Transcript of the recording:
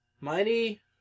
Mighty